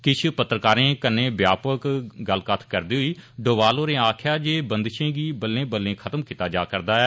किष चोनमें पत्रकारें कन्नै व्यापक गल्लबात करदे होई डोवाल होरें आक्खेआ जे बंदषें गी बल्ले बल्लें खत्म कीता जा'रदा ऐ